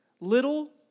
little